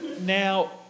Now